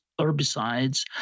herbicides